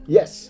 Yes